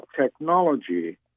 technology